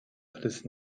alles